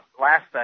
last